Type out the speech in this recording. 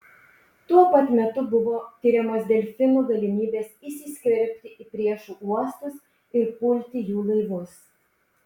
tuo pat metu buvo tiriamos delfinų galimybės įsiskverbti į priešų uostus ir pulti jų laivus